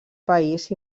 país